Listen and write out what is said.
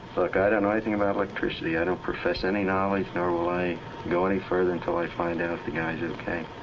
look, i don't know anything about electricity. i don't profess any knowledge, nor will i go any further until i found out if the guy's ok